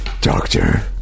Doctor